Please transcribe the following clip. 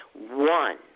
one